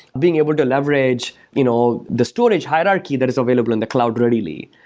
being able to leverage you know the storage hierarchy that is available in the cloud really.